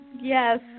yes